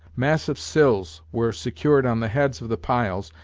massive sills were secured on the heads of the piles,